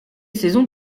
saisons